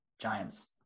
Giants